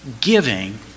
giving